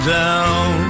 down